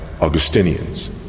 Augustinians